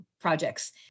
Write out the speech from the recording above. projects